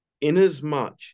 Inasmuch